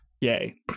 yay